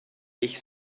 ich